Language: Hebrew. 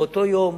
באותו יום,